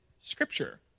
scripture